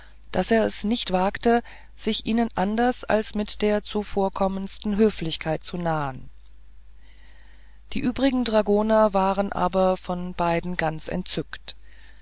daß er nicht wagte sich ihnen anders als mit der zuvorkommendsten höflichkeit zu nahen die übrigen dragoner waren aber von beiden ganz entzückt